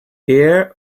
air